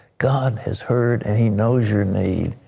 god has heard and he knows your need.